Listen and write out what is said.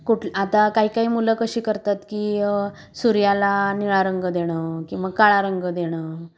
कुटंलं आता काही काही मुलं कशी करतात की सूर्याला निळा रंग देणं किंवा काळा रंग देणं